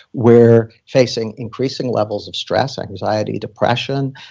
we're facing increasing levels of stress anxiety, depression